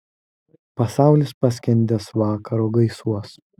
pasaulis paskendęs vakaro gaisuos